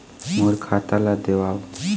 मोर खाता ला देवाव?